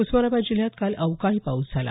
उस्मानाबाद जिल्ह्यात काल अवकाळी पाऊस झाला